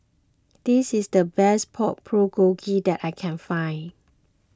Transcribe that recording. this is the best Pork Bulgogi that I can find